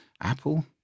Apple